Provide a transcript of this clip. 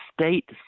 state